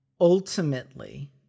ultimately